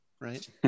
right